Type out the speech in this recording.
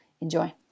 enjoy